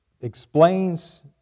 explains